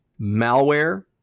malware